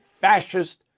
fascist